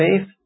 faith